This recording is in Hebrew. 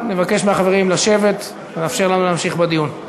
אני מבקש מהחברים לשבת ולאפשר לנו להמשיך בדיון.